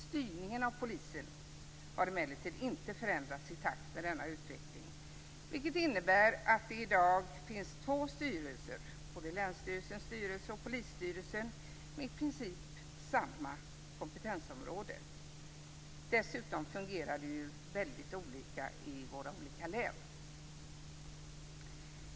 Styrningen av polisen har emellertid inte förändrats i takt med denna utveckling, vilket innebär att det i dag finns två styrelser, både länsstyrelsens styrelse och polisstyrelsen, med i princip samma kompetensområde. Dessutom fungerar det ju väldigt olika i de olika länen.